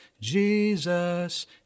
Jesus